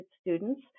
students